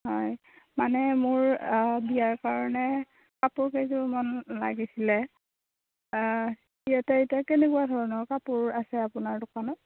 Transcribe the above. হয় মানে মোৰ বিয়াৰ কাৰণে কাপোৰ কেইযোৰমান লাগিছিল ইয়াতে এতিয়া কেনেকুৱা ধৰণৰ কাপোৰ আছে আপোনাৰ দোকানত